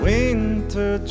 Winter